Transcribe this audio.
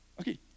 Okay